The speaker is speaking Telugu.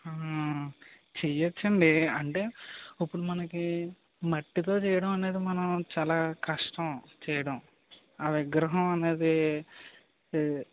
చెయ్యొచ్చండీ అంటే ఇప్పుడు మనకి మట్టితో చేయడం అనేది మనం చాలా కష్టం చేయడం ఆ విగ్రహం అనేది